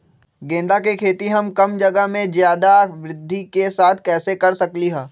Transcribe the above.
गेंदा के खेती हम कम जगह में ज्यादा वृद्धि के साथ कैसे कर सकली ह?